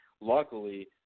Luckily